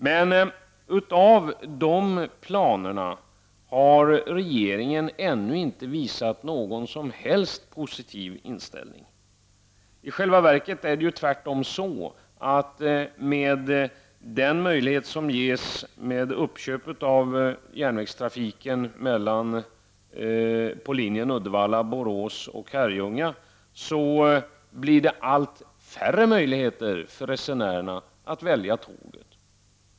Men regeringen har inte visat någon som helst positiv inställning till dessa planer. I själva verket är det tvärtom så, att det genom uppköp av järnvägstrafiken på linjen Uddevalla—Borås—Herrljunga blir allt färre möjligheter för resenärerna att välja tåget.